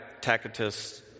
Tacitus